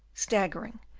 staggering,